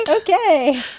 Okay